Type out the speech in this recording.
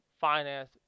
finance